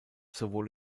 sowohl